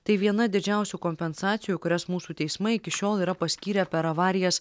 tai viena didžiausių kompensacijų kurias mūsų teismai iki šiol yra paskyrę per avarijas